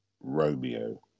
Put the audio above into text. Romeo